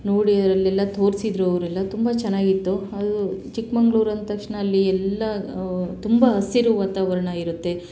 ನೋಡಿ ಅಲ್ಲೆಲ್ಲ ತೋರಿಸಿದ್ರು ಅವರೆಲ್ಲ ತುಂಬ ಚೆನ್ನಾಗಿತ್ತು ಅದು ಚಿಕ್ಮಗ್ಳೂರ್ ಅಂದ ತಕ್ಷಣ ಅಲ್ಲಿ ಎಲ್ಲ ತುಂಬ ಹಸಿರು ವಾತವರಣ ಇರುತ್ತೆ